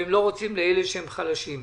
והם לא רוצים לאלה שהם חלשים.